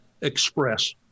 express